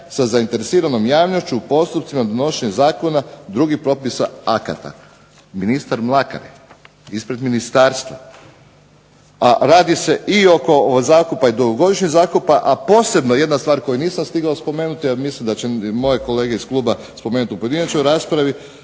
sa zainteresiranom javnošću u postupcima u donošenju zakona, drugih propisa i akata". Ministar Mlakar je ispred ministarstva, radi se i o zakupa i oko dugogodišnjeg zakupa. A posebno jedna stvar koju nisam stigao spomenuti jer mislim da će moje kolege iz kluba spomenuti u pojedinačnoj raspravi,